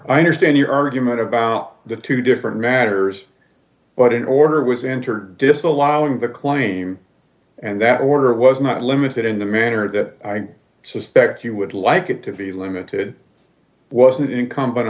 i understand your argument about the two different matters but an order was interred disallowing the claim and that order was not limited in the manner that i suspect you would like it to be limited wasn't it incumbent